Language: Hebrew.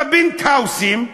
בפנטהאוזים,